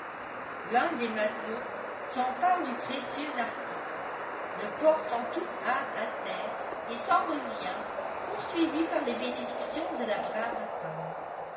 l'un des matelots s'empare du précieux article le porte en toute hâte à terre et s'en revient poursuivi par les bénédictions de la brave femme